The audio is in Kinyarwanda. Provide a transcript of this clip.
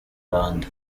rwanda